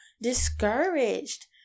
discouraged